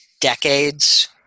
decades